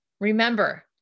Remember